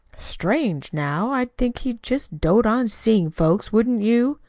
strange! now, i'd think he'd just dote on seeing folks, wouldn't you?